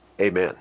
Amen